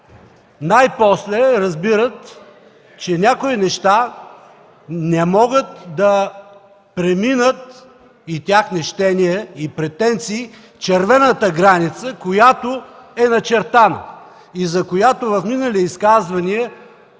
Най-после разбират, че някои неща не могат да преминат техните щения и претенции, червената граница, която е начертана и за която в минали изказвания